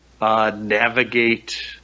Navigate